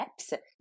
steps